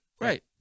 right